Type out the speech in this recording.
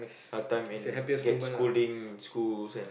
hard time and get scolding in schools and